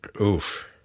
Oof